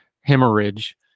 hemorrhage